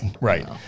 Right